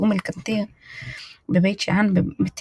רוב בתי הכנסת הקדומים נתגלו בגליל,